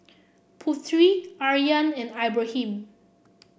Putri Aryan and Ibrahim